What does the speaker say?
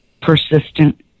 persistent